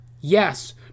Yes